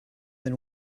than